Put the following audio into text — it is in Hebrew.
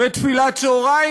ותפילת צהריים.